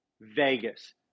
Vegas